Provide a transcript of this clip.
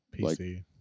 pc